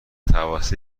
توسط